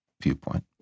viewpoint